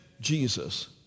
Jesus